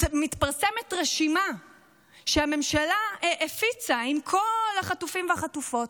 מתפרסמת רשימה שהממשלה הפיצה עם כל החטופים והחטופות,